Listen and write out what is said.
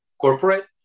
corporate